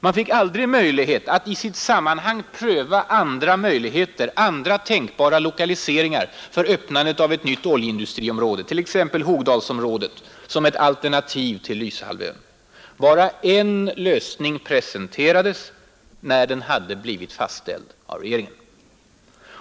Man fick aldrig möjlighet att i sitt sammanhang pröva andra möjligheter, andra tänkbara lokaliseringar för öppnandet av ett nytt oljeindustriområde, 1. ex. Hogdalsområdet, som ett alternativ till Lysehalvön. Bara cn lösning presenterades när den redan hade blivit fastställd av regeringen.